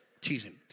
Teasing